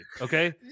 okay